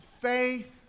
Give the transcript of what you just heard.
faith